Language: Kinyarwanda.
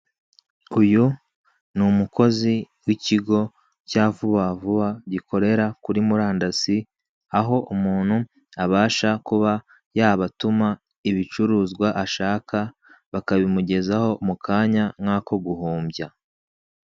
Uyu ni umukozi w'ikigo cya vuba vuba gikorera kuri murandasi, aho umuntu abasha kuba yabatuma ibicuruzwa ashaka bakabimugezaho mukanya nk'ako guhumbya.